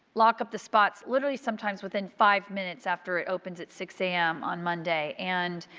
lock up the spot, literally sometimes within five minutes after it opens at six a m. on monday. and,